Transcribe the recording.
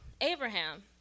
Abraham